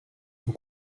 nous